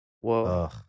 Whoa